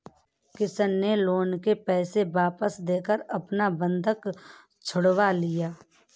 किशन ने लोन के पैसे वापस देकर अपना बंधक छुड़वा लिया